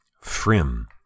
Frim